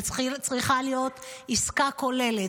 וצריכה להיות עסקה כוללת.